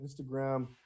Instagram